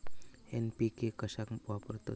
NPK कशाक वापरतत?